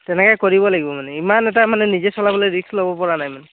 তেনেকে কৰিব লাগিব মানে ইমান এটা মানে নিজে চলাবলে ৰিক্স ল'ব পৰা নাই মানে